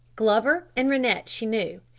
glover and rennett she knew.